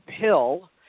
pill